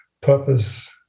purpose